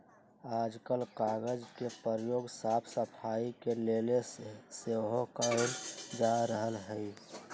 याजकाल कागज के प्रयोग साफ सफाई के लेल सेहो कएल जा रहल हइ